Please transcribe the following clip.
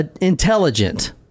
intelligent